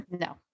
No